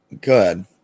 good